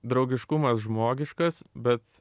draugiškumas žmogiškas bet